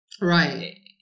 right